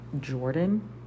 Jordan